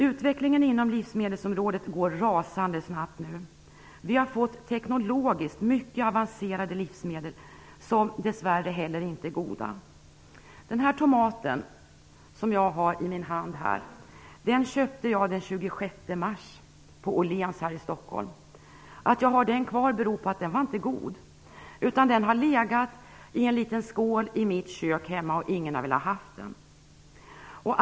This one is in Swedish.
Utvecklingen inom livsmedelsområdet går nu rasande snabbt. Vi har fått teknologiskt mycket avancerade livsmedel som dessvärre inte är goda. Den tomat som jag nu håller i min hand köpte jag den 26 mars på Åhléns här i Stockholm. Jag har den kvar eftersom den inte var god. Den har legat i en liten skål hemma i mitt kök. Ingen har velat ha den.